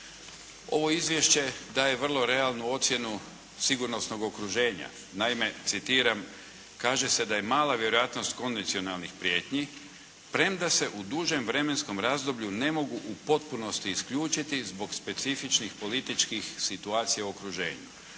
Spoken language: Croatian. Ovo Izvješće daje vrlo realnu ocjenu sigurnosnog okruženja. Naime, citiram, kaže se da je mala vjerojatnost konvencionalnih prijetnji premda se u dužem vremenskom razdoblju ne mogu u potpunosti isključiti zbog specifičnih političkih situacija u okruženju.